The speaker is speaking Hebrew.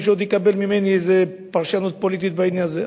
מישהו עוד יקבל ממני איזו פרשנות פוליטית בעניין הזה.